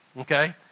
okay